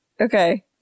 okay